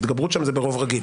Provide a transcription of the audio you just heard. ההתגברות שם היא ברוב רגיל.